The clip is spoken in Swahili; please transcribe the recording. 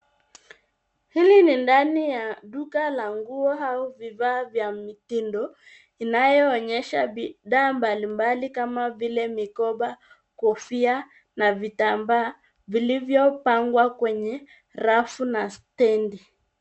Hili ni ndani ya duka la nguo au vifaa vya mitindo inayoonyesha bidhaa mbalimbali kama vile mikoba ,kofia na vitambaa vilivyopangwa kwenye rafu na stedi.